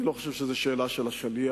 אני לא חושב שזו שאלה של השליח.